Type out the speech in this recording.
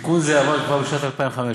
תיקון זה עבר כבר בשנת 2015,